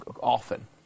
often